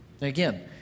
again